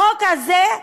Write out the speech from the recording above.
החוק הזה,